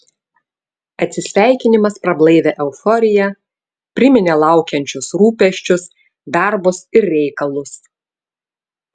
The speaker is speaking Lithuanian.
atsisveikinimas prablaivė euforiją priminė laukiančius rūpesčius darbus ir reikalus